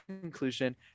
conclusion